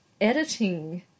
editing